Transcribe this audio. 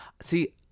See